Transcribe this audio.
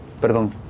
perdón